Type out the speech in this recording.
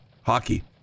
hockey